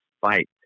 fight